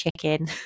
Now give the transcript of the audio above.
chicken